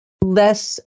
less